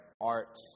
art